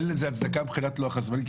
אין לזה הצדקה מבחינת לוח הזמנים,